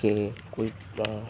કે કોઈકમાં